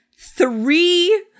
three –